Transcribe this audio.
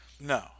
No